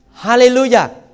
Hallelujah